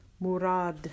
Murad